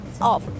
off